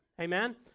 Amen